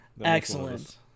Excellent